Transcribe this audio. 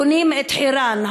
בונים את חירן,